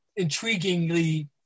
intriguingly